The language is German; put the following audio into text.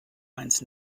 eins